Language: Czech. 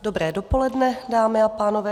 Dobré dopoledne, dámy a pánové.